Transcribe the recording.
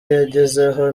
yangezeho